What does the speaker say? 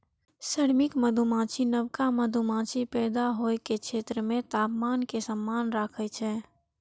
श्रमिक मधुमाछी नवका मधुमाछीक पैदा होइ के क्षेत्र मे तापमान कें समान राखै छै